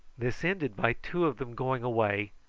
this ended by two of them going away,